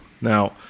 Now